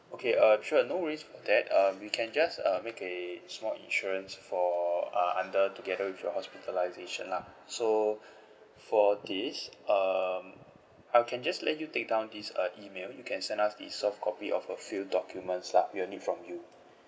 okay uh sure no worries about that um we can just uh make a small insurance for uh under together with your hospitalisation lah so for this um I'll can just let you take down this uh email you can send us the soft copy of a few documents lah we will need from you